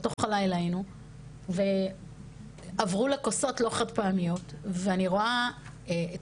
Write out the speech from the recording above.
אנחנו ישבנו לתוך הלילה ועברו לכוסות שהן חד פעמיות ואני רואה את